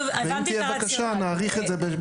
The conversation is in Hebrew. ואם תהיה בקשה נאריך את זה בשנה נוספת".